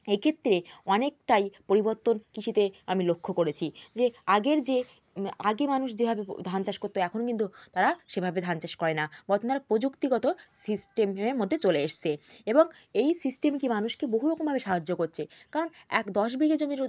এইক্ষেত্রে অনেকটাই পরিবর্তন কৃষিতে আমি লক্ষ্য করেছি যে আগের যে আগে মানুষ যেভাবে ধান চাষ করতো এখনও কিন্তু তারা সেভাবে ধান চাষ করে না বর্তমানে প্রযুক্তিগত সিস্টেমের মধ্যে চলে এসেছে এবং এই সিস্টেম কি মানুষকে বহু রকমভাবে সাহায্য করছে কারণ এক দশ বিঘে জমির